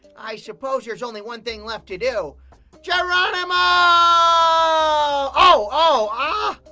i supposed there's only one thing left to do geronimo! oh! oh! aah!